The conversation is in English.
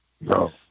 No